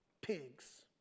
Pigs